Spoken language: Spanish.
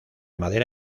madera